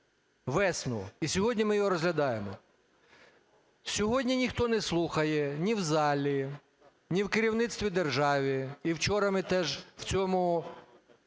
весну. І сьогодні ми його розглядаємо. Сьогодні ніхто не слухає: ні в залі, ні в керівництві держави. І вчора ми теж в цьому…